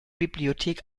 bibliothek